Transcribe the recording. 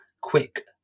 quick